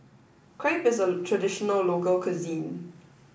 crepe is a traditional local cuisine